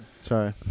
Sorry